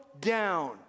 down